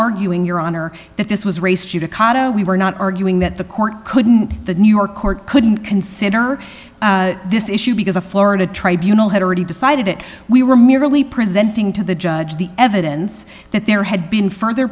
arguing your honor that this was race judicata we were not arguing that the court couldn't the new the court couldn't consider this issue because a florida tribunals had already decided that we were merely presenting to the judge the evidence that there had been further